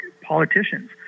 politicians